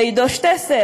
לעידו שטסל,